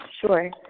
Sure